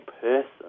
person